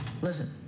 Listen